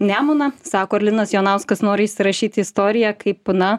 nemuną sako ir linas jonauskas norintis įsirašyti istoriją kaip na